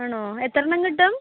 ആണോ എത്ര എണ്ണംകിട്ടും